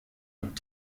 und